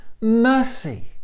mercy